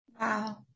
Wow